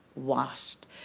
washed